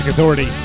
Authority